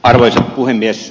arvoisa puhemies